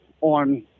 on